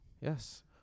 Yes